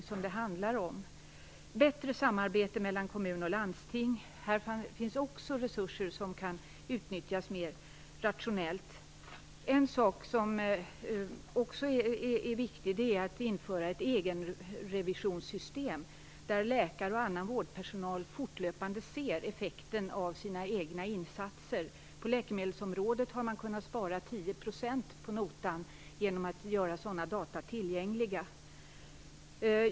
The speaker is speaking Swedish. Genom ett bättre samarbete mellan kommun och landsting kan resurserna utnyttjas mer rationellt. Det är också viktigt att införa ett egenrevisionssystem, där läkare och annan vårdpersonal fortlöpande ser effekten av sina egna insatser. På läkelmedelsområdet har man kunnat spara 10 % på notan genom att göra sådana data tillgängliga.